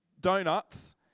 donuts